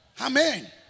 Amen